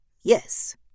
Yes